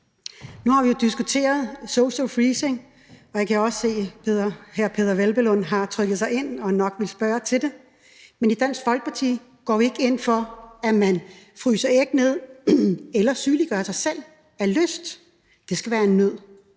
Nu har vi jo diskuteret social freezing, og jeg kan også se, at hr. Peder Hvelplund har trykket sig ind og nok vil spørge til det. Men i Dansk Folkeparti går vi ikke ind for, at man fryser æg ned eller sygeliggør sig selv af lyst; det skal være af nød.